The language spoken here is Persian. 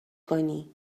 کنی